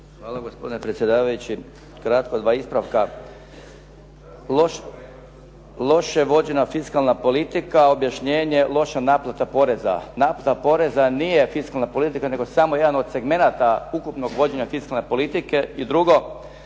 Hvala gospodine predsjedavajući. Kratko, 2 ispravka. Loše je vođena fiskalna politika, objašnjenje loša naplata poreza. Naplata poreza nije fiskalna politika, nego samo jedan od segmenata ukupnog vođenja fiskalne politike.